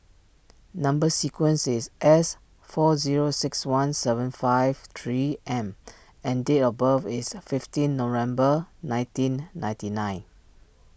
Number Sequence is S four zero six one seven five three M and date of birth is fifteen November nineteen ninety nine